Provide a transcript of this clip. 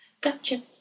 Gotcha